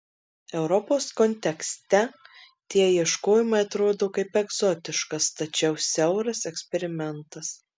europos kontekste tie ieškojimai atrodo kaip egzotiškas tačiau siauras eksperimentas